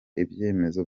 ibyemezo